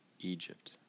Egypt